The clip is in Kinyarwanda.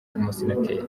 umusenateri